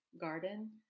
garden